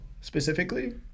specifically